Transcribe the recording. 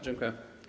Dziękuję.